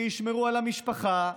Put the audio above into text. שישמרו על המשפחה,